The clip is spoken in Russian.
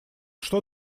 что